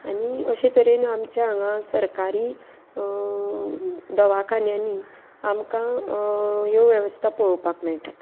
आनी अशें तरेन आमच्या हांगा सरकारी दवाखान्यांनी आमकां ह्यो वेवस्था पळोवपाक मेळटात